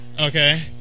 Okay